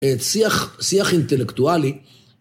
שיח אינטלקטואלי